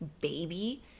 baby